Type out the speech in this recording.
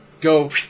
go